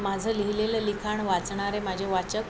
माझं लिहिलेलं लिखाण वाचणारे माझे वाचक